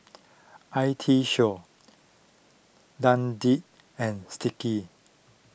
I T Show Dundee and Sticky